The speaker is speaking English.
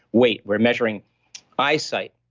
weight, we're measuring eyesight.